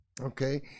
Okay